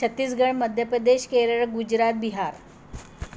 Chhattisgarh Madhya Pradesh Kerala Gujarat Bihar